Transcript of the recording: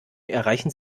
erreichen